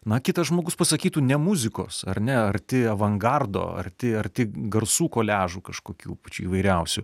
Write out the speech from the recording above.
na kitas žmogus pasakytų ne muzikos ar ne arti avangardo arti arti garsų koliažų kažkokių pačių įvairiausių